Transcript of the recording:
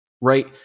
right